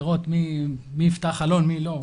לראות מי יפתח חלון ומי לא.